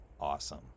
awesome